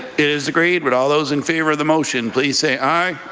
it is agreed. but all those in favour of the motion, please say aye.